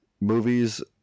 movies